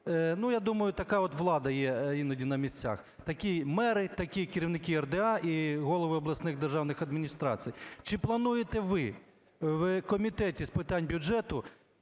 Ну, я думаю, така от влада є іноді на місцях, такі мери, такі керівники РДА і голови обласних державних адміністрацій. Чи плануєте ви в Комітеті з питань бюджету